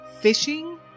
fishing